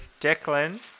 Declan